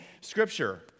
Scripture